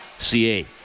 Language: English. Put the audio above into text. CA